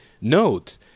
note